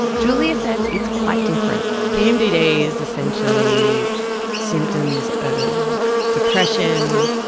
julia says it's quite different. pmdd is essentially symptoms of depression,